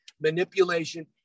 manipulation